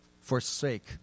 forsake